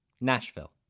Nashville